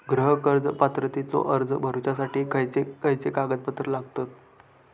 गृह कर्ज पात्रतेचो अर्ज भरुच्यासाठी खयचे खयचे कागदपत्र लागतत?